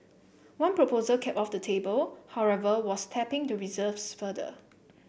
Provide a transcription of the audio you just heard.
one proposal kept off the table however was tapping the reserves further